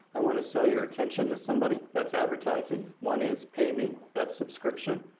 i want to sell your attention to somebody. that's advertising. one is, pay me. that's subscription.